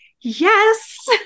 yes